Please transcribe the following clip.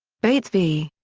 bates v.